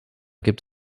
gibt